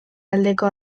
aldeko